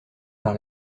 par